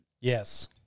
Yes